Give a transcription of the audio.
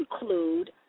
include